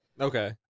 Okay